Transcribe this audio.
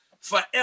forever